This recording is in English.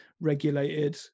regulated